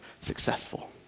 successful